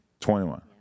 21